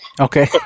Okay